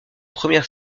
première